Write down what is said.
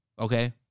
okay